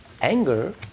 anger